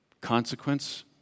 consequence